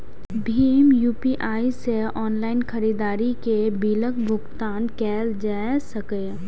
भीम UPI सं online खरीदारी के बिलक भुगतान कैल जा सकैए